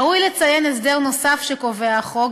ראוי לציין הסדר נוסף שקובע החוק,